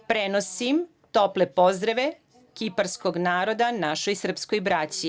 Prenosim tople pozdrave kiparskog naroda našoj srpskoj braći.